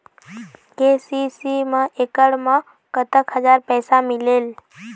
KCC मा एकड़ मा कतक हजार पैसा मिलेल?